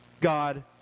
God